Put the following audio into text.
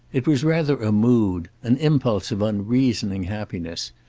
it was rather a mood, an impulse of unreasoning happiness.